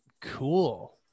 Cool